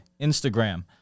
Instagram